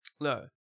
No